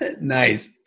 Nice